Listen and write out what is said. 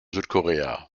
südkorea